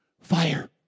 Fire